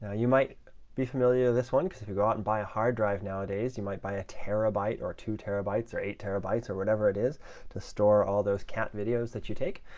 ah you might be familiar with this one because you go out and buy a hard drive nowadays, you might buy a terabyte, or two terabytes, or eight terabytes or whatever it is to store all those cat videos that you take.